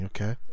Okay